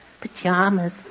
Pajamas